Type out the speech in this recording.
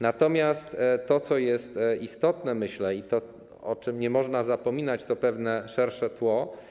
Natomiast to, co jest istotne, myślę, i to, o czym nie można zapominać, to pewne szersze tło.